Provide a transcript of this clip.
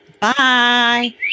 Bye